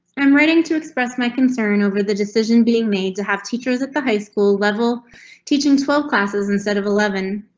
i'm writing to express my concern over the decision being made to have teachers at the high school level teaching twelve classes instead of eleven.